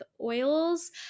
oils